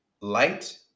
light